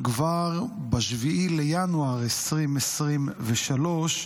כבר ב-7 בינואר 2023,